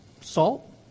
Salt